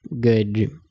good